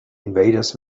invaders